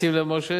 שים לב שלמה,